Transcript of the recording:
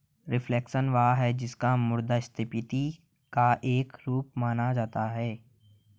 reflation वह है जिसको मुद्रास्फीति का एक रूप माना जा सकता है